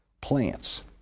plants